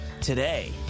today